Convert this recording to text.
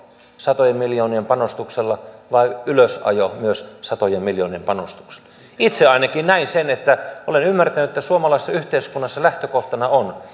satojen miljoonien panostuksella vai ylösajo myös satojen miljoonien panostuksella itse ainakin näen ja olen ymmärtänyt että suomalaisessa yhteiskunnassa lähtökohtana on